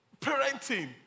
parenting